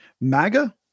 MAGA